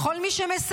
לכל מי שמסייע,